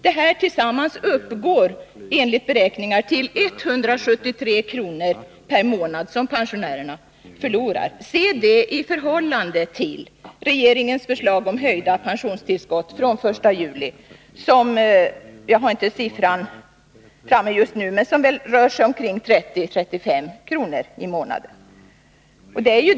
Detta tillsammans uppgår enligt beräkningar till 173 kr. per månad, som pensionärerna förlorar. Se det i förhållande till regeringsförslaget om höjda pensionstillskott från den 1 juli, som rör sig kring 30-35 kr. per månad -— jag har inte siffran framför mig just nu!